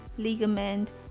ligament